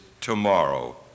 tomorrow